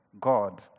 God